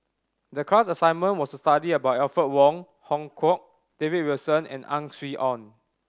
the class assignment was to study about Alfred Wong Hong Kwok David Wilson and Ang Swee Aun